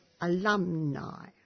alumni